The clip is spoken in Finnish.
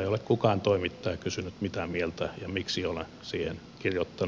ei ole kukaan toimittaja kysynyt mitä mieltä olen ja miksi olen siihen kirjoittanut nimeni